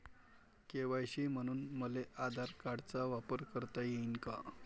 KYC म्हनून मले आधार कार्डाचा वापर करता येईन का?